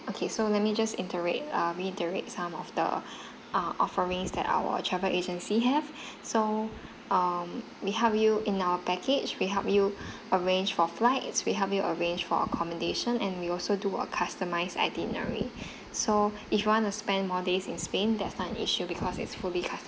okay so let me just interact or redirect some of the err offerings that our travel agency have so um we help you in our package will help you arrange for flights we help you arrange for accommodation and we also do a customized itinerary so if you want to spend more days in spain that's not an issue because it's fully customized